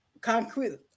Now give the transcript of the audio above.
Concrete